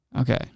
Okay